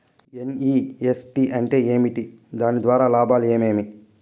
NEFT అంటే ఏమి? దాని వలన లాభాలు ఏమేమి